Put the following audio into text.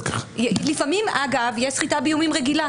לפעמים אגב יש סחיטה באיומים רגילה.